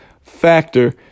factor